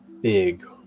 big